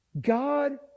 God